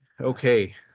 okay